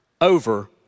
over